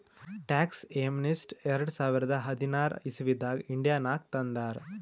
tax amnesty ಎರಡ ಸಾವಿರದ ಹದಿನಾರ್ ಇಸವಿನಾಗ್ ಇಂಡಿಯಾನಾಗ್ ತಂದಾರ್